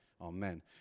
Amen